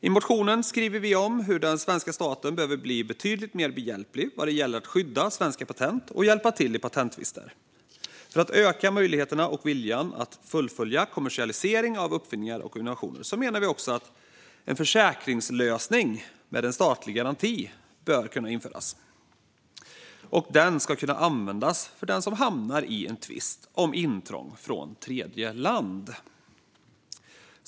I motionen skriver vi om hur den svenska staten behöver bli betydligt mer behjälplig vad gäller att skydda svenska patent och hjälpa till i patenttvister. För att öka möjligheterna och viljan att fullfölja en kommersialisering av uppfinningar och innovationer menar vi också att en försäkringslösning med en statlig garanti bör införas. Den ska kunna användas för den som hamnar i en tvist om intrång från tredje land.